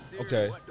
Okay